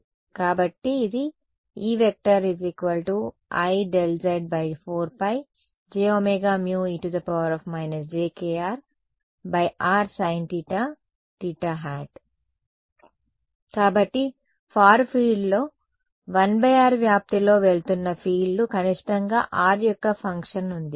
కాబట్టి ఇది E Iz4πjωe jkr r sin θ కాబట్టి ఫార్ ఫీల్డ్ లో 1r వ్యాప్తిలో వెళుతున్న ఫీల్డ్లు కనిష్టంగా r యొక్క ఫంక్షన్ ఉంది